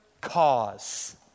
cause